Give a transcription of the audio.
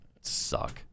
suck